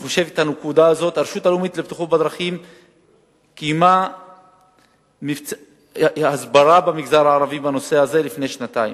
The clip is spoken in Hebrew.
הרשות הלאומית קיימה הסברה במגזר הערבי בנושא הזה לפני שנתיים,